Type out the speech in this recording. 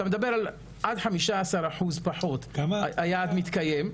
אתה מדבר על עד 15% פחות היעד מתקיים.